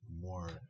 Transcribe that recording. more